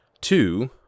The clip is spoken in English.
two